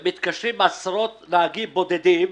הם מתקשרים עם עשרות נהגים בודדים,